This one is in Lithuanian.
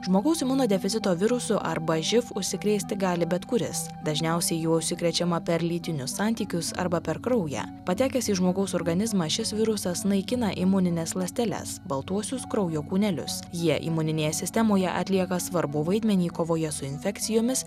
žmogaus imunodeficito virusu arba živ užsikrėsti gali bet kuris dažniausiai juo užsikrečiama per lytinius santykius arba per kraują patekęs į žmogaus organizmą šis virusas naikina imunines ląsteles baltuosius kraujo kūnelius jie imuninėje sistemoje atlieka svarbų vaidmenį kovoje su infekcijomis